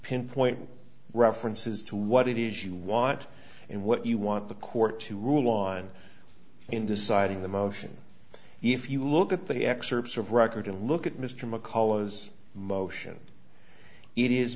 pinpoint references to what it is you want and what you want the court to rule on in deciding the motion if you look at the excerpts of record and look at mr mccullough as motion it is